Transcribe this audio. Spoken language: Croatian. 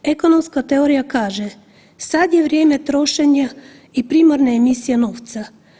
Ekonomska teorija kaže, sad je vrijeme trošenja i primarne emisije novca.